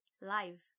live